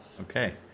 Okay